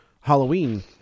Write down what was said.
Halloween